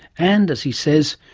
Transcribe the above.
and, as he says,